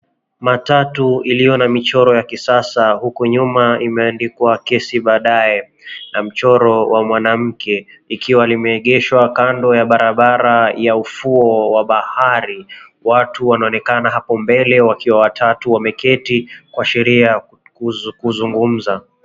Matatu iliyo na michoro ya kisasa, huku nyuma imeandikwa kesi baadaye, na mchoro wa mwanamke, 𝑙ikiwa limeegeshwa kando ya barabara ya ufuo wa bahari. Watu wanaonekana hapo mbele wakiwa watatu, wameketi kuashiria kuzungumza.